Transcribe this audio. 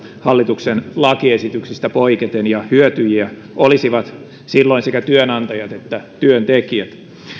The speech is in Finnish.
hallituksen lakiesityksistä poiketen kannusteiden avulla ja hyötyjiä olisivat silloin sekä työnantajat että työntekijät